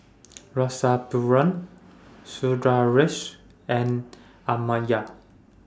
Rasipuram Sundaresh and Amartya